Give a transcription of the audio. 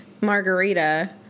margarita